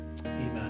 Amen